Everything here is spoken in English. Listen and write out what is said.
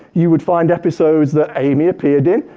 you would find episodes that amy appeared in,